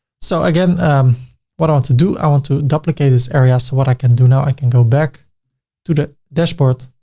so again what i want to do, i want to duplicate this area. so what i can do now, i can go back to the dashboard.